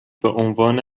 بعنوان